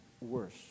worse